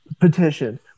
petition